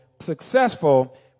successful